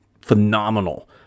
phenomenal